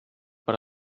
per